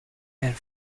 and